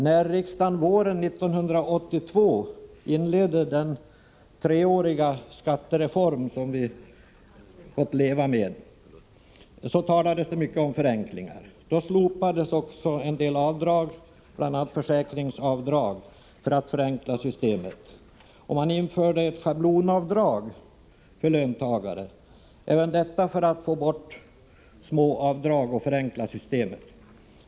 När riksdagen våren 1982 beslutade om den treåriga skattereform som vi fått leva med talades det mycket om förenklingar. Då slopades också en del avdrag, bl.a. försäkringsavdrag, för att förenkla systemet. Man införde ett schablonavdrag för löntagarna, även detta för att få bort små avdrag och för att förenkla systemet.